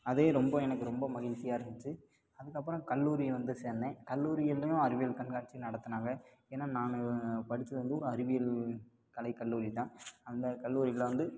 அதே ரொம்ப எனக்கு ரொம்ப மகிழ்ச்சியா இருந்துச்சு அதுக்கப்புறம் கல்லூரி வந்து சேர்ந்தேன் கல்லூரிகள்லையும் அறிவியல் கண்காட்சி நடத்துனாங்க ஏன்னா நான் படித்தது வந்து ஒரு அறிவியல் கலை கல்லூரிதான் அந்த கல்லூரியில வந்து